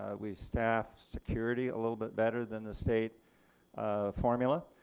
ah we staff security a little bit better than the state formula,